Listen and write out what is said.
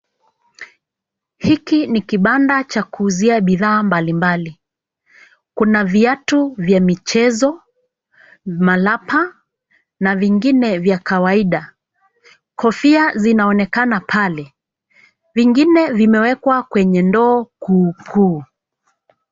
Hiki ni kibanda cha kuuzia bidhaa mbalimbali. Kuna viatu vya michezo, malapa na vingine vya kawaida. Kofya zinaonekana pale. Vingine vimewekwa kwenye ndoo kuukuu